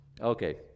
Okay